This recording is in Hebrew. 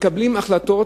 מתקבלות החלטות